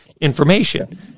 information